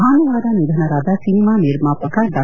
ಭಾನುವಾರ ನಿಧನರಾದ ಸಿನಿಮಾ ನಿರ್ಮಾಪಕ ಡಾ